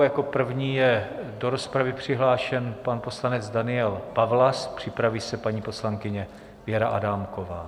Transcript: Jako první je do rozpravy přihlášen pan poslanec Daniel Pawlas, připraví se paní poslankyně Věra Adámková.